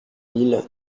mille